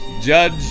judge